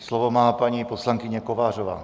Slovo má paní poslankyně Kovářová.